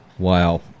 Wow